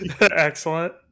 Excellent